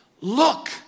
Look